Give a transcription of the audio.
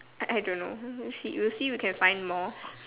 I I don't know you see you see can find more